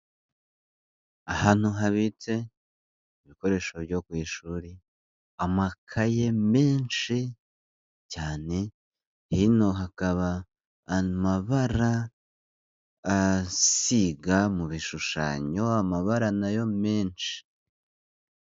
Ahantu habitse ibikoresho byo ku ishuri, amakaye menshi cyane, hino hakaba amabara asiga mu bishushanyo, amabara na yo menshi.